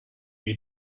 you